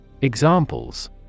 Examples